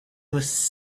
was